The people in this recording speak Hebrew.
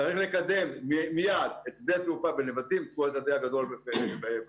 צריך לקדם מיד את שדה התעופה בנבטים כי הוא השדה הגדול הפוטנציאלי.